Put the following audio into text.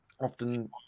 often